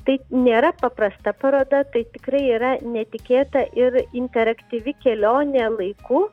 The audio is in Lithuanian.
tai nėra paprasta paroda tai tikrai yra netikėta ir interaktyvi kelionė laiku